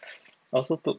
I also took